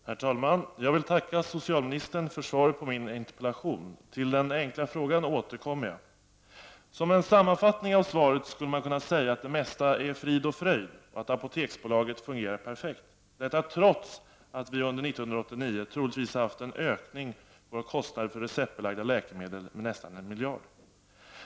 Herr talman! Jag vill tacka socialministern för svaret på min interpellation. Till den enkla frågan återkommer jag. Som en sammanfattning av svaret skulle man kunna säga att det mesta är frid och fröjd och att Apoteksbolaget fungerar perfekt, detta trots att vi under 1989 troligtvis haft en ökning av våra kostnader för receptbelagda läkemedel med nästan en miljard.